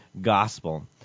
gospel